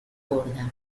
gorda